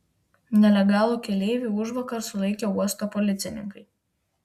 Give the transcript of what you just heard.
nelegalų keleivį užvakar sulaikė uosto policininkai